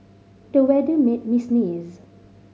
the weather made me sneeze